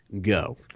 Go